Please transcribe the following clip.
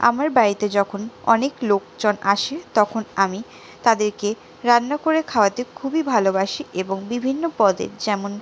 আমার বাড়িতে যখন অনেক লোকজন আসে তখন আমি তাদেরকে রান্না করে খাওয়াতে খুবই ভালোবাসি এবং বিভিন্ন পদে যেমন